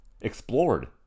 explored